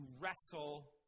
wrestle